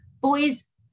boys